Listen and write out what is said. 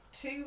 Two